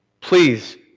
please